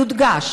יודגש